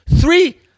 three